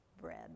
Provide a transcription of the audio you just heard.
bread